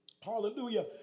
Hallelujah